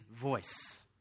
voice